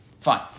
Fine